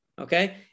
Okay